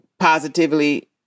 positively